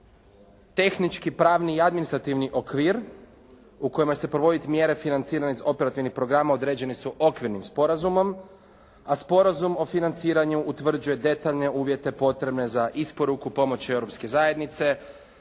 tehnički, pravni i administrativni okvir u kojemu se provode mjere financiranja iz operativnih programa određeni su okvirnim sporazumom, a sporazum o financiranju utvrđuje detaljne uvjete potrebne za isporuku pomoći Europske zajednice,